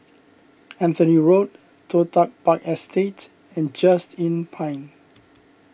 Anthony Road Toh Tuck Park Estate and Just Inn Pine